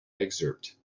excerpt